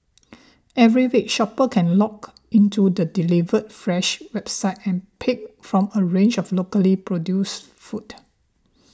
every week shoppers can log into the Delivered Fresh website and pick from a range of locally produced foods